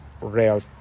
rail